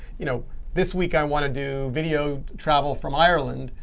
you know this week i want to do video travel from ireland.